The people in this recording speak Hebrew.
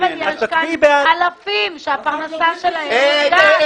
אבל יש פה אלפים שפרנסתם תיפגע.